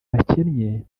bakennye